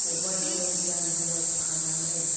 खबायखौ जान्जियाव खानानै